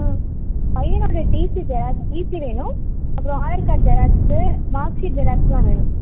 ம் பையனோட TC sir TC வேணும் அப்புறோம் ஆதார் கார்டு ஜெராக்ஸு மார்க்க்ஷீட் ஜெராக்ஸ்லாம் வேணும்